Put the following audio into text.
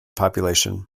population